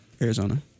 Arizona